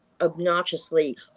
obnoxiously